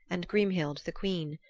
and grimhild the queen.